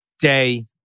day